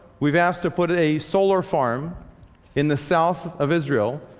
we've asked to put a solar farm in the south of israel.